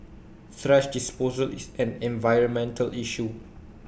thrash disposal is an environmental issue